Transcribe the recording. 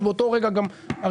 אז באותו רגע הריבית.